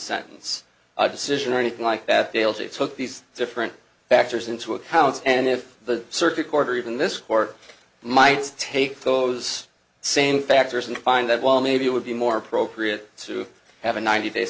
sentence decision or anything like that dale's he took these different factors into account and if the circuit court or even this court might take those same factors and find that well maybe it would be more appropriate to have a ninety day